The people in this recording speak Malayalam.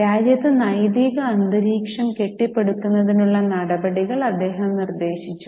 രാജ്യത്ത് നൈതിക അന്തരീക്ഷം കെട്ടിപ്പടുക്കുന്നതിനുള്ള നടപടികൾ അദ്ദേഹം നിർദ്ദേശിച്ചു